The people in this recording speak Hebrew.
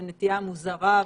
נטייה מוזרה,